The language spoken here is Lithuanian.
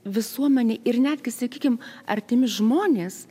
visuomenė ir netgi sakykim artimi žmonės